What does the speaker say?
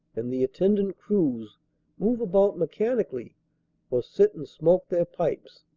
and the attendant crews move about mechanically or sit and smoke their pipes,